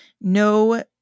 No